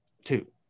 Two